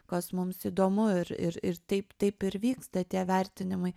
kas mums įdomu ir ir ir taip taip ir vyksta tie vertinimai